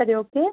சரி ஓகே